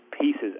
pieces